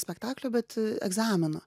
spektaklio bet egzamino